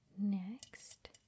next